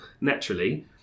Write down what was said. naturally